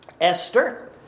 Esther